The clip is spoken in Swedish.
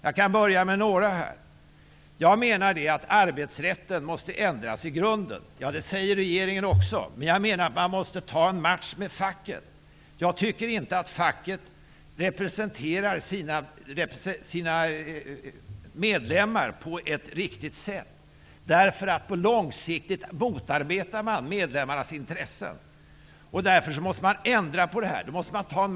Jag kan börja med några nu. Jag menar att arbetsrätten måste ändras i grunden. Det säger regeringen också, men jag menar att man måste ta en match med facket. Jag tycker inte att facket representerar sina medlemmar på ett riktigt sätt. Långsiktigt motarbetar facket medlemmarnas intressen. Därför måste man ta en match om det och ändra på det.